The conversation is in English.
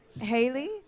Haley